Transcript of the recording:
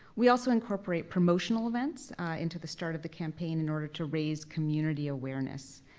we also incorporate promotional events into the start of the campaign in order to raise community awareness.